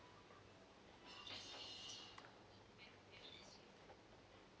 sure